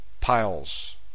piles